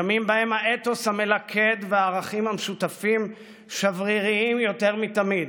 ימים שבהם האתוס המלכד והערכים המשותפים שבריריים יותר מתמיד,